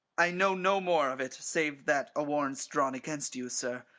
i know no more of it save that a warrant's drawn against you, sir,